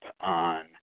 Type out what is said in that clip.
on